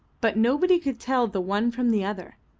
but nobody could tell the one from the other.